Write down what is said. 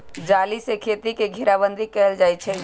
जाली से खेती के घेराबन्दी कएल जाइ छइ